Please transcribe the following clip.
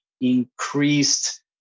increased